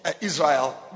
Israel